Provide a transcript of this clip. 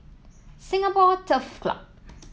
Singapore Turf Club